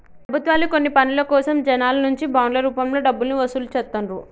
ప్రభుత్వాలు కొన్ని పనుల కోసం జనాల నుంచి బాండ్ల రూపంలో డబ్బుల్ని వసూలు చేత్తండ్రు